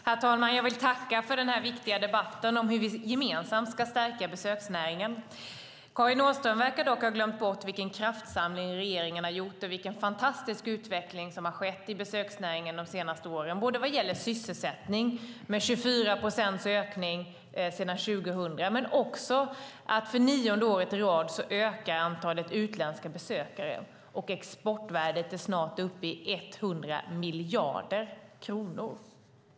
Herr talman! Jag vill tacka för den här viktiga debatten om hur vi gemensamt ska stärka besöksnäringen. Karin Åström verkar dock ha glömt bort vilken kraftsamling regeringen har gjort och vilken fantastisk utveckling som har skett i besöksnäringen de senaste åren vad gäller sysselsättningen, som ökat med 24 procent sedan 2000, men också vad gäller antalet utländska besökare, som ökar för nionde året i rad. Exportvärdet är snart uppe i 100 miljarder kronor.